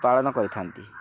ପାଳନ କରିଥାନ୍ତି